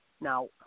Now